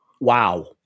Wow